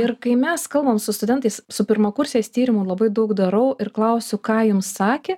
ir kai mes kalbam su studentais su pirmakursiais tyrimų labai daug darau ir klausiu ką jums sakė